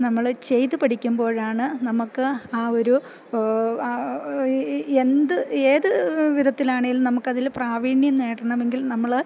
നമ്മൾ ചെയ്ത് പഠിക്കുമ്പോഴാണ് നമുക്ക് ആ ഒരു എന്ത് ഏത് വിധത്തിലാണേലും നമുക്കതിൽ പ്രാവീണ്യം നേടണമെങ്കിൽ നമ്മൾ